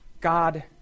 God